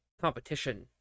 competition